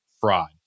fraud